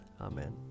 Amen